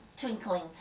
Twinkling